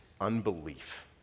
unbelief